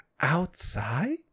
outside